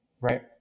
Right